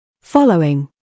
following